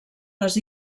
les